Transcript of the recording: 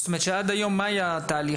עד היום מה היה התהליך.